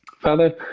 Father